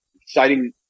exciting